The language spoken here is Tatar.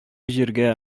җиргә